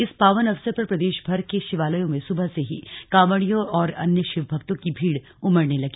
इस पावन अवसर पर प्रदेशभर के शिवालयों में सुबह से ही कांवड़ियों और अन्य शिवभक्तों की भीड़ उमड़ने लगी